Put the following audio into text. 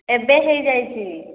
ଏବେ ହୋଇଯାଇଛି